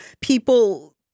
people